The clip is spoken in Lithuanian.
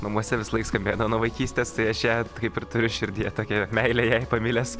namuose visąlaik skambėdavo nuo vaikystės tai aš ją kaip ir turiu širdyje tokią meilę jai pamilęs